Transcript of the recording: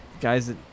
guys